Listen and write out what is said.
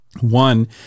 One